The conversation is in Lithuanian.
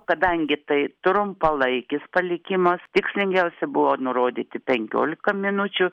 kadangi tai trumpalaikis palikimas tikslingiausia buvo nurodyti penkiolika minučių